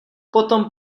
potom